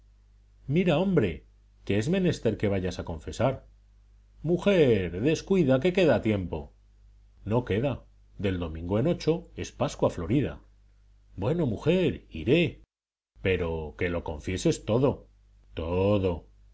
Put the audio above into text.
mira hombre que es menester que vayas a confesar mujer descuida que queda tiempo no queda del domingo en ocho es pascua florida bueno mujer iré pero que lo confieses todo todo